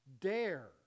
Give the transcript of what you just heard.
dare